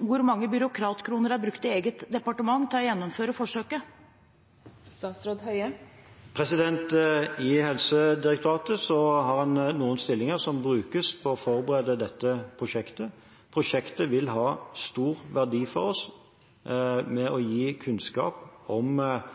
Hvor mange byråkratkroner er brukt i eget departement til å gjennomføre forsøket? I Helsedirektoratet har en noen stillinger som brukes til å forberede dette prosjektet. Prosjektet vil ha stor verdi for oss og vil gi kunnskap, som også kommunene melder tilbake til oss, om